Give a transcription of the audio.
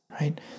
right